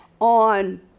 on